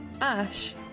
Ash